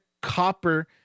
copper